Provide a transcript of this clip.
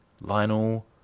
Lionel